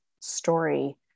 story